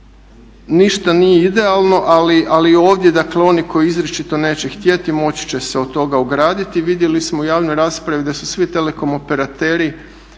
Ništa nije idealno, ali ovdje dakle oni koji izričito neće htjeti moći će se od toga ograditi. Vidjeli smo u javnoj raspravi da su svi telekom operateri